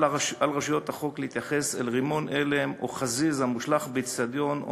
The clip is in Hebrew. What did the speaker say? על רשויות החוק להתייחס אל רימון הלם או חזיז המושלך באיצטדיון או